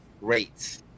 rates